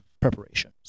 preparation